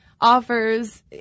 offers